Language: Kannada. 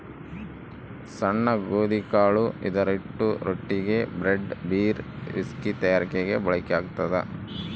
ಸಣ್ಣ ಗೋಧಿಕಾಳು ಇದರಹಿಟ್ಟು ರೊಟ್ಟಿಗೆ, ಬ್ರೆಡ್, ಬೀರ್, ವಿಸ್ಕಿ ತಯಾರಿಕೆಗೆ ಬಳಕೆಯಾಗ್ತದ